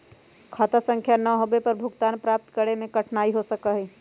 खाता संख्या ना होवे पर भुगतान प्राप्त करे में कठिनाई हो सका हई